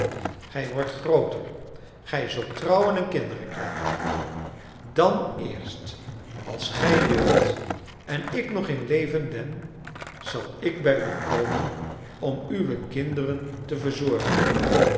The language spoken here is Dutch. gij wordt grooter gij zult trouwen en kinderen krijgen dan eerst als gij wilt en ik nog in leven ben zal ik bij u komen om uwe kinderen te verzorgen